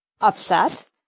upset